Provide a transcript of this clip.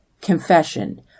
confession